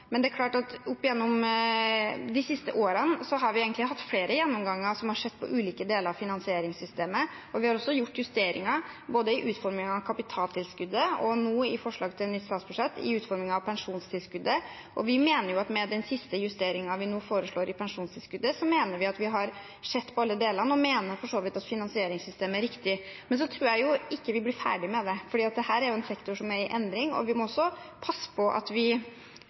Men det er klart at opp gjennom de siste årene har vi egentlig hatt flere gjennomganger som har sett på ulike deler av finansieringssystemet. Vi har også gjort justeringer, både i utformingen av kapitaltilskuddet og nå, i forslag til nytt statsbudsjett, i utformingen av pensjonstilskuddet. Og med den siste justeringen vi nå foreslår i pensjonstilskuddet, mener vi at vi har sett på alle delene, og mener for så vidt at finansieringssystemet er riktig. Så tror jeg ikke vi blir ferdig med det, for dette er jo en sektor som er i endring, og vi må passe på. Vi er opptatt av å gi gode rammevilkår til private barnehager. Vi